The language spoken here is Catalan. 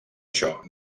això